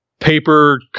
Paper